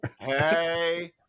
hey